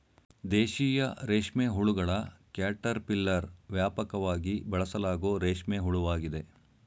ದೇಶೀಯ ರೇಷ್ಮೆಹುಳುಗಳ ಕ್ಯಾಟರ್ಪಿಲ್ಲರ್ ವ್ಯಾಪಕವಾಗಿ ಬಳಸಲಾಗೋ ರೇಷ್ಮೆ ಹುಳುವಾಗಿದೆ